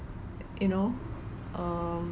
you know um